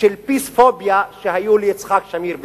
של "פִיספוביה" שהיו ליצחק שמיר בזמנו,